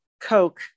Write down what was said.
Coke